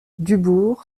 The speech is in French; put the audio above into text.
dubourg